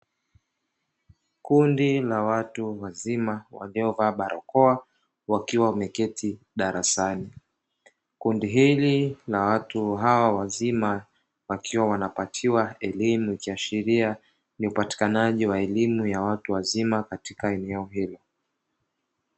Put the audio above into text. Kundi la watu wazima waliovaa barakoa, wakiwa wameketi darasani. Kundi hili la watu hao wazima, wakiwa wanapatiwa elimu, ikiashiria ni upatikanaji wa elimu ya watu wazima katika eneo hilo.